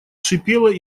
шипела